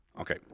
Okay